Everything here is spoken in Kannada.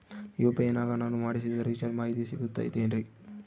ಯು.ಪಿ.ಐ ನಾಗ ನಾನು ಮಾಡಿಸಿದ ರಿಚಾರ್ಜ್ ಮಾಹಿತಿ ಸಿಗುತೈತೇನ್ರಿ?